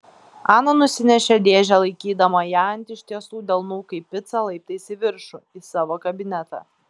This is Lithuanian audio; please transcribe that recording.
ana nusinešė dėžę laikydama ją ant ištiestų delnų kaip picą laiptais į viršų į savo kabinetą